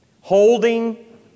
Holding